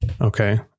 Okay